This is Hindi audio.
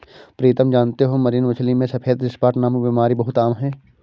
प्रीतम जानते हो मरीन मछली में सफेद स्पॉट नामक बीमारी बहुत आम है